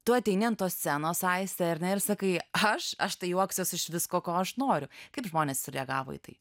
tu ateini ant tos scenos aiste ar ne ir sakai aš aš tai juoksiuosi iš visko ko aš noriu kaip žmonės sureagavo į tai